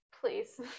Please